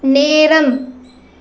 நேரம்